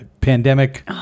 pandemic